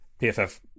PFF